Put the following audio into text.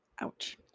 ouch